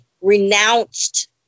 renounced